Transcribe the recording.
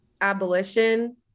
abolition